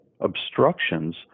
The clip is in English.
obstructions